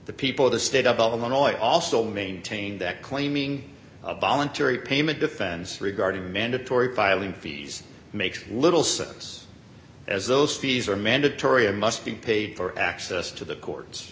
the people of the state of illinois also maintain that claiming of voluntary payment defends regarding mandatory filing fees makes little service as those fees are mandatory and must be paid for access to the courts